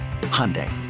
Hyundai